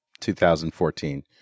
2014